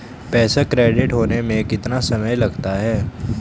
पैसा क्रेडिट होने में कितना समय लगता है?